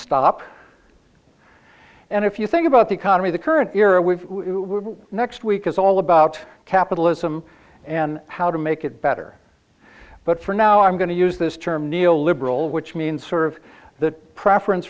stop and if you think about the economy the current era we've next week is all about capitalism and how to make it better but for now i'm going to use this term neo liberal which means sort of the preference